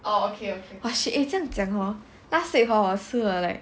!wah! shit 这样讲 hor last week hor 我吃了 like